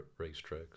racetracks